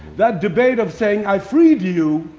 that debate of saying, i freed you,